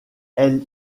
elles